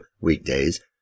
weekdays